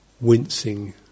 wincing